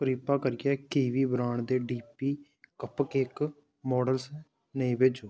किरपा करके Kiwi brand दे डी पी कपकेक माडल्स नेईं भेजो